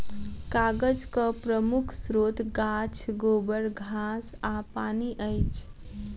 कागजक प्रमुख स्रोत गाछ, गोबर, घास आ पानि अछि